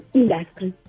industry